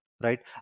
right